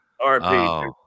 RP